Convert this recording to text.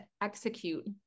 execute